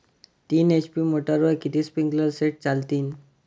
तीन एच.पी मोटरवर किती स्प्रिंकलरचे सेट चालतीन?